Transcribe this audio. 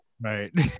right